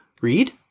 read